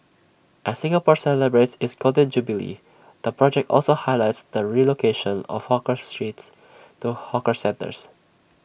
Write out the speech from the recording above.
as Singapore celebrates its Golden Jubilee the project also highlights the relocation of hawkers streets to hawker centres